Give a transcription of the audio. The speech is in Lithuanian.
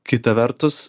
kita vertus